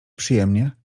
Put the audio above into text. przyjemnie